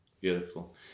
beautiful